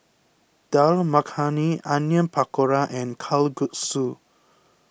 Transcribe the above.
Dal Makhani Onion Pakora and Kalguksu